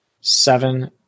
seven